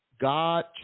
God